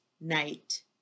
night